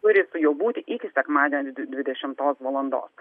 turi su juo būti iki sekmadienio dvidešimtos valandos